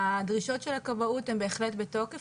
הדרישות של הכבאות הן בהחלט בתוקף.